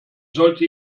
sollte